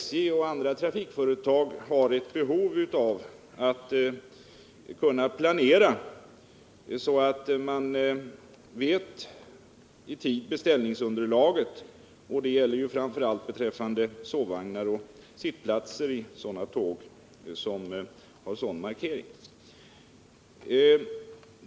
SJ och andra trafikföretag har naturligtvis ett behov av att kunna planera så att man i tid vet beställningsunderlaget — det gäller framför allt beträffande sovvagnar och sittplatser i tåg som har sådan markering.